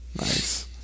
Nice